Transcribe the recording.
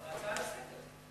להצעה לסדר-היום.